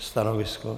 Stanovisko?